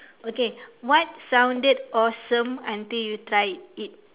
okay what sounded awesome until you tried it